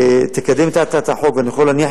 היא תקדם את הצעת החוק ואני יכול להניח